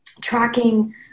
tracking